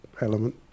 element